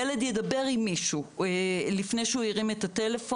ילד ידבר עם מישהו לפני שהוא ירים את הטלפון.